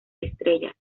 estrellas